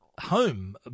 home